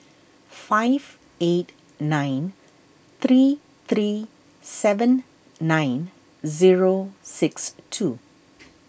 five eight nine three three seven nine zero six two